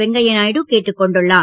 வெங்கய்யா நாயுடு கேட்டுக் கொண்டுள்ளார்